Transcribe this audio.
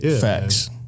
facts